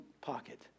pocket